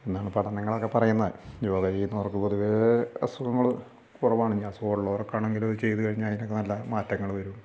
എന്നാണ് പഠനങ്ങളൊക്കെ പറയുന്നത് യോഗ ചെയ്യുന്നവർക്ക് പൊതുവെ അസുഖങ്ങൾ കുറവാണ് ഇനി അസുഖങ്ങൾ ഉള്ളവർക്കാണെങ്കിൽ അത് ചെയ്തു കഴിഞ്ഞാൽ അതിനൊക്കെ നല്ല മാറ്റങ്ങൾ വരും